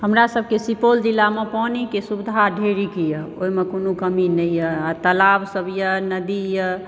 हमरा सबके सुपौल जिला मे पानिके सुविधा ढेरीके यऽ ओहिमे कोनो कमी नहि यऽ आ तालाब सब यऽ नदी यऽ